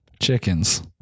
chickens